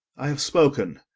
i have spoken.